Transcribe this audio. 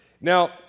Now